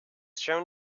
shown